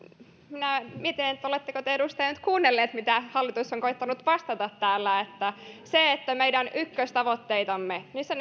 minä mietin että oletteko te edustaja nyt kuunnellut mitä hallitus on koettanut vastata täällä sitä että meidän ykköstavoitteitamme niissä